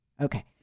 Okay